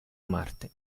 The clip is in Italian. marte